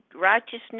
righteousness